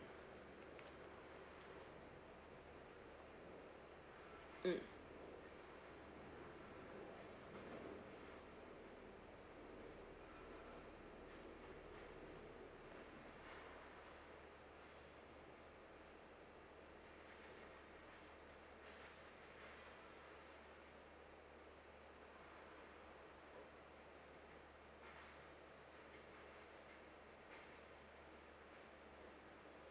mm